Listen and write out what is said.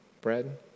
bread